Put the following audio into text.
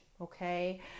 Okay